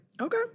Okay